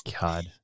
God